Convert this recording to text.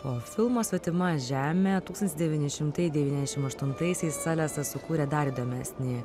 o filmo svetima žemė tūkstantis devyni šimtai devyniasdešimt aštuntaisiais salesas sukūrė dar įdomesnį